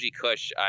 Kush